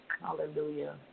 Hallelujah